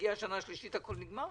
מגיעה השנה השלישית-הכול נגמר?